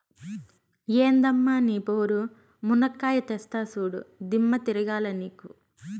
ఎందమ్మ నీ పోరు, మునక్కాయా తెస్తా చూడు, దిమ్మ తిరగాల నీకు